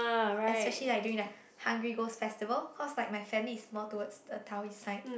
especially like during the Hungry Ghost Festival cause like my family is like more towards the Taoist side